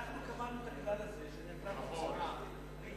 אנחנו קבענו את הכלל הזה של תקרת הוצאה והתחייבנו